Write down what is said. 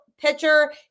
pitcher